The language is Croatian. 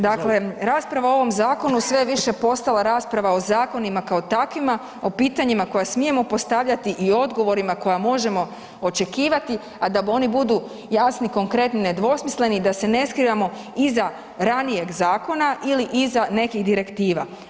Dakle, rasprava o ovom zakonu sve je više postala rasprava o zakonima kao takvima, o pitanjima koja smijemo postavljati i odgovorima koja možemo očekivati, a da oni budu jasni, konkretni, nedvosmisleni da se ne skrivamo iza ranijeg zakona ili iza nekih direktiva.